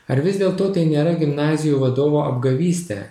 ar vis dėl to tai nėra gimnazijų vadovų apgavystė